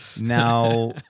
Now